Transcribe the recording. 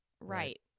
right